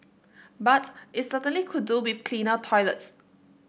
but it certainly could do with cleaner toilets